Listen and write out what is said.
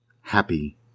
happy